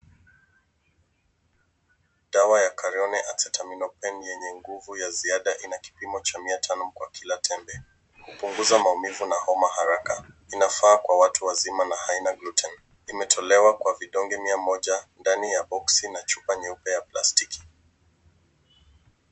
Dawa ya Careone Acetaminophen yenye nguvu ya ziada ina kipimo cha mia tano kwa kila tembe, hupunguza maumivu na homa haraka. Inafaa kwa watu wazima na haina gluten . Imetolewa kwa vidonge mia moja ndani ya boksi na chupa nyeupe ya plastiki.